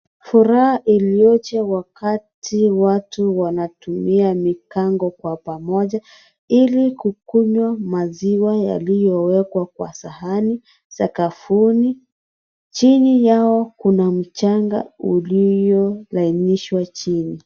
Furaha iliyoje wakati watu wanatumia mikango kwa pamoja ili kunywa maziwa yaliyowekwa kwa sahani sakafuni. Chini yao kuna mchanga uliolainishwa chini.